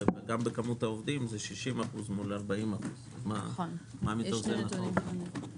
וגם בכמות העובדים זה 60% מול 40%. מה מתוך זה נכון?